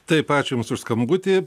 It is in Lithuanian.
taip ačiū jums už skambutį